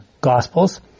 Gospels